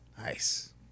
Nice